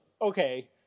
okay